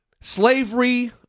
Slavery